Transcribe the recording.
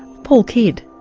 paul kidd.